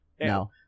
No